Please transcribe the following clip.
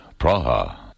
Praha